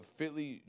fitly